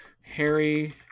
Harry